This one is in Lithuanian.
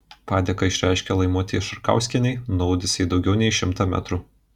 padėką išreiškė laimutei šarkauskienei nuaudusiai daugiau nei šimtą metrų